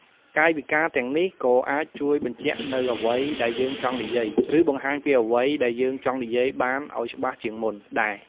កាយវិការទាំងនេះក៏អាចជួយបញ្ជាក់នូវអ្វីដែលយើងចង់និយាយ ឬ បង្ហាញពីអ្វីដែលយើងចង់និយាយឱ្យបានច្បាស់ជាងមុនដែរ។